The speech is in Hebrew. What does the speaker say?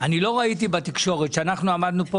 אני לא ראיתי בתקשורת כשאנחנו עמדנו פה,